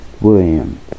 William